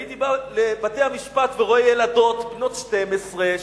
הייתי בא לבתי-המשפט ורואה ילדות, בנות 12 13,